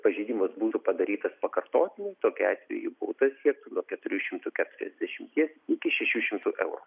pažeidimas būtų padarytas pakartotinai tokiu atveju bauda siektų nuo keturių šimtų keturiasdešimties iki šešių šimtų eurų